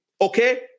Okay